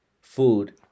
food